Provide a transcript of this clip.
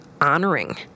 honoring